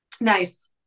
nice